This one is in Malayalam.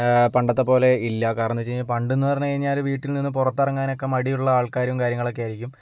പണ്ടത്തെപ്പോലെ ഇല്ല കാരണം എന്താന്ന് വെച്ച് കഴിഞ്ഞാല് പണ്ടെന്ന് പറഞ്ഞ് കഴിഞ്ഞാൽ വീട്ടിൽ നിന്ന് പുറത്തിറങ്ങാനൊക്കെ മടിയുള്ള ആൾക്കാരും കാര്യങ്ങളൊക്കെ ആയിരിക്കും